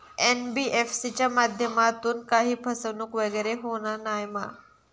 NBFC च्या माध्यमातून काही फसवणूक वगैरे होना नाय मा?